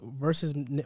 versus